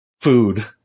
food